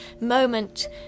moment